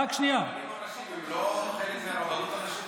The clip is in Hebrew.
אבל הרבנים הראשיים הם לא חלק מהרבנות הראשית?